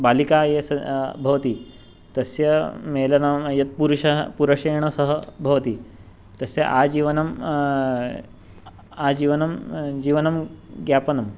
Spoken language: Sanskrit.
बालिका ये स भवति तस्य मेलनं यत् पुरुषः पुरषेण सह भवति तस्य आजीवनं आजीवनं जीवनं ज्ञापनं